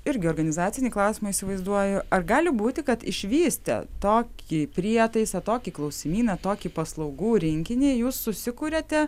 irgi organizacinį klausimą įsivaizduoju ar gali būti kad išvystę tokį prietaisą tokį klausimyną tokį paslaugų rinkinį jūs susikuriate